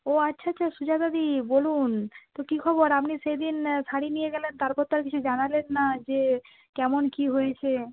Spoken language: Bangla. ও আচ্ছা আচ্ছা সুজাতাদি বলুন তো কী খবর আপনি সেদিন শাড়ি নিয়ে গেলেন তারপর তো আর কিছু জানালেন না যে কেমন কী হয়েছে